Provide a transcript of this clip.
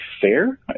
fair